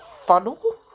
funnel